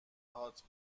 هات